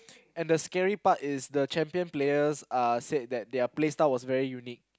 and the scary part is the champion players are said that their play style was very unique